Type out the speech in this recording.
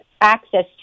access